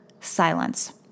Silence